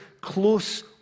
close